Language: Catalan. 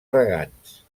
regants